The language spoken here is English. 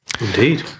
Indeed